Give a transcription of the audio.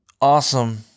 awesome